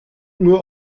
nur